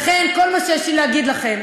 לכן, כל מה שיש לי להגיד לכם,